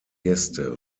gäste